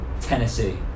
Tennessee